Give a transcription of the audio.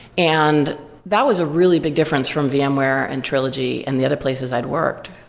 and that was a really big difference from vmware and trilogy and the other places i'd worked,